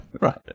Right